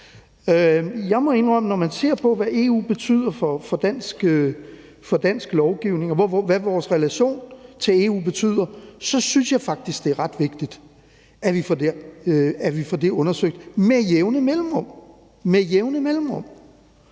det er relevant. Når man ser på, hvad EU betyder for dansk lovgivning, og hvad vores relation til EU betyder, må jeg indrømme, at jeg faktisk synes, det er ret vigtigt, at vi får det undersøgt med jævne mellemrum – med jævne mellemrum.